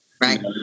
Right